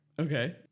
Okay